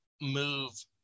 move